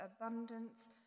abundance